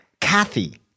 Kathy